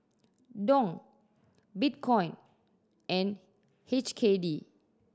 Dong Bitcoin and H K D